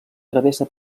travessa